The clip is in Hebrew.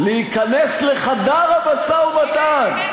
להיכנס לחדר המשא-ומתן,